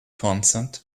consent